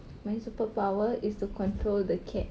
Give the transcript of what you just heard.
my superpower is to control the cat